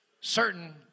Certain